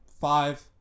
five